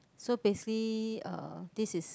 so basically uh this is